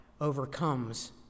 overcomes